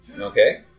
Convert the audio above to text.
Okay